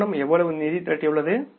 நிறுவனம் எவ்வளவு நிதி திரட்டியுள்ளது